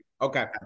Okay